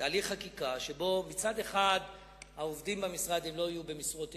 תהליך חקיקה שבו מצד אחד העובדים במשרד לא יהיו במשרות אמון,